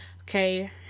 okay